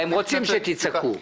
הם רוצים שתצעקו.